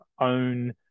own